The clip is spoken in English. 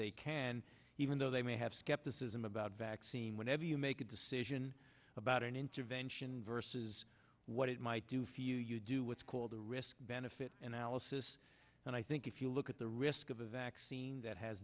they can even though they may have skepticism about vaccine whenever you make a decision about an intervention versus what it might do for you you do what's called a risk benefit analysis and i think if you look at the risk of a vaccine that has